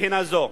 מבחינה זו.